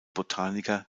botaniker